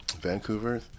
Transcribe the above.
vancouver